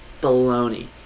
Baloney